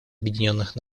объединенных